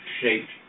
shaped